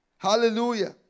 Hallelujah